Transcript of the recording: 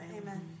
Amen